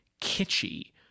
kitschy